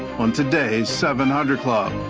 on today's seven hundred club.